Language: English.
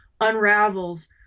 unravels